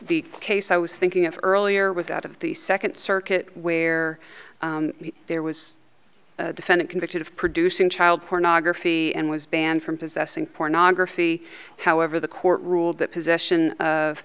the case i was thinking of earlier was out of the second circuit where there was a defendant convicted of producing child pornography and was banned from possessing pornography however the court ruled that possession of